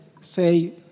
say